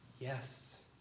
Yes